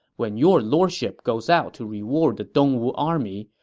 when your lordship goes out to reward the dongwu army,